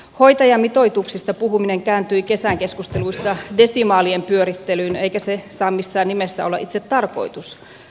hoitajamitoituksista puhuminen kääntyi kesän keskusteluissa desimaalien pyörittelyyn eikä se saa missään nimessä olla itse tarkoitus